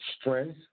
strength